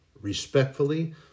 respectfully